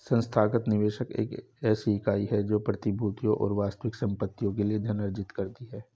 संस्थागत निवेशक ऐसी इकाई है जो प्रतिभूतियों और वास्तविक संपत्तियों के लिए धन अर्जित करती है